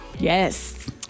Yes